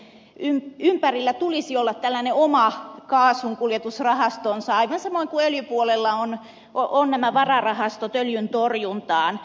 tämän putken ympärillä tulisi olla tällainen oma kaasunkuljetusrahastonsa aivan samoin kuin öljypuolella on nämä vararahastot öljyntorjuntaan